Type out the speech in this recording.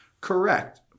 Correct